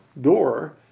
door